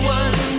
one